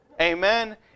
Amen